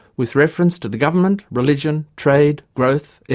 with reference to the government, religion, trade, growth, air,